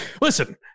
Listen